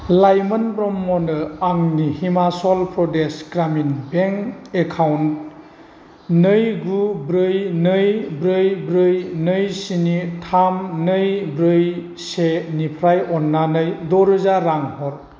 लाइमोन ब्रह्मनो आंनि हिमाचल प्रदेश ग्रामिन बेंक एकाउन्ट नै गु ब्रै नै ब्रै ब्रै नै स्नि थाम नै ब्रै से निफ्राय अन्नानै द' रोजा रां हर